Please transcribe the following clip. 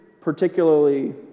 particularly